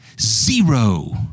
zero